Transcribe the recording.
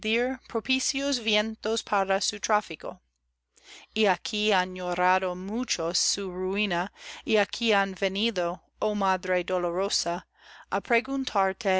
propicios vientos para su tráfico y aquí han llorado muchos su ruina y aquí han venido oh madre dolorosa á preguntarte